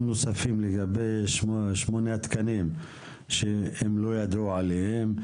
נוספים לגבי שמונה התקנים שהם לא ידעו עליהם,